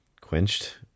quenched